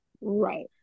Right